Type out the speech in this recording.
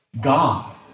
God